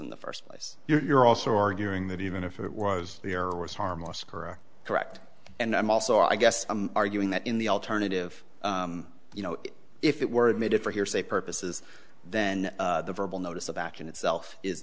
in the first place you're also arguing that even if it was the error was harmless correct correct and i'm also i guess arguing that in the alternative you know if it were admitted for hearsay purposes then the verbal notice of action itself is